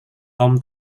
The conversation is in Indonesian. tom